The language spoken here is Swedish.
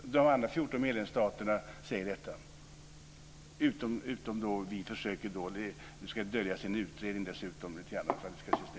De andra 14 medlemsstaterna är med på det, men vi försöker att dölja det hela i en utredning för att det ska se snyggt ut.